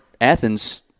Athens